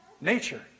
nature